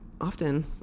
often